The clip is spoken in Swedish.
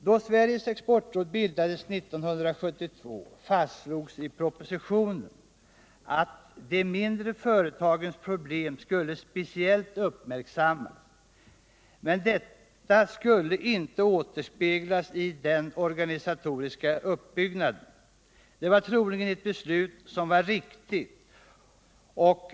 Då Sveriges exportråd bildades 1972 fastslogs i propositionen att ”de mindre företagens problem skulle speciellt uppmärksammas men detta skulle inte återspeglas i den organisatoriska uppbyggnaden”. Detta var troligen ett riktigt beslut.